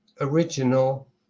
original